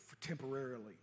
temporarily